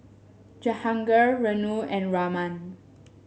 Jahangir Renu and Raman